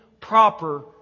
proper